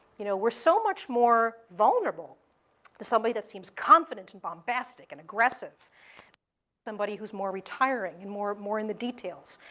you know we're so much more vulnerable to somebody that seems confident and bombastic and aggressive than somebody who's more retiring and more more in the details.